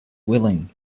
willing